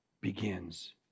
begins